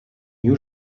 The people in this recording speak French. new